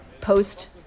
post